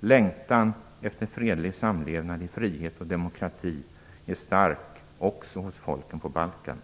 Längtan efter en fredlig samlevnad i frihet och demokrati är stark också hos folken på Balkan.